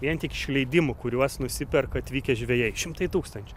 vien tik iš leidimų kuriuos nusiperka atvykę žvejai šimtai tūkstančių